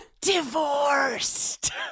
Divorced